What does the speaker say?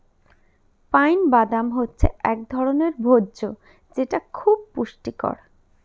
pine বাদাম হচ্ছে এক ধরনের ভোজ্য যেটা খুব পুষ্টিকর